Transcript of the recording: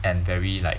and very like